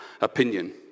opinion